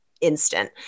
instant